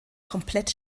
komplett